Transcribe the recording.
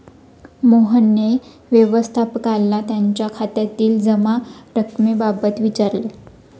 मोहनने व्यवस्थापकाला त्याच्या खात्यातील जमा रक्कमेबाबत विचारले